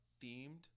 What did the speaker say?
themed